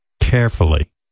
carefully